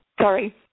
Sorry